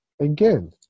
Again